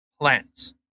plants